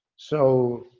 so,